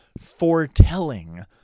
foretelling